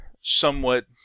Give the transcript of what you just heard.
somewhat